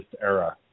era